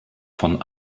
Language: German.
von